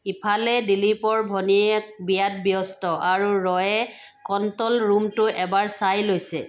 ইফালে দিলীপৰ ভনীয়েক বিয়াত ব্যস্ত আৰু ৰয়ে কণ্ট্ৰল ৰুমটো এবাৰ চাই লৈছে